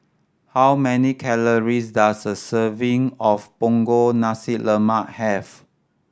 how many calories does a serving of Punggol Nasi Lemak have